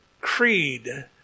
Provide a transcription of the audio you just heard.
creed